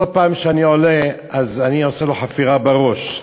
פעם שאני עולה אני עושה לו חפירה בראש.